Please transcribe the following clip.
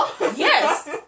Yes